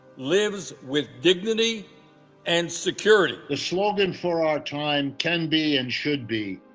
lives with dignity and security. the slogan for our time, can be, and should be,